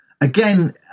Again